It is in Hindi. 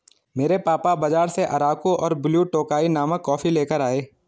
मेरे पापा बाजार से अराकु और ब्लू टोकाई नामक कॉफी लेकर आए